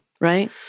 Right